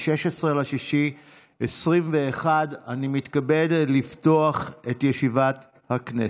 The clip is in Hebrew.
16 ביוני 2021. אני מתכבד לפתוח את ישיבת הכנסת.